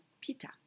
pita